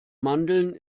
mandeln